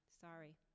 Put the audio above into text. Sorry